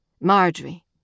Marjorie